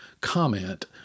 comment